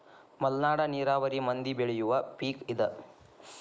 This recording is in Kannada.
ಮಲ್ನಾಡ ನೇರಾವರಿ ಮಂದಿ ಬೆಳಿಯುವ ಪಿಕ್ ಇದ